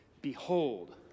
Behold